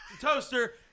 toaster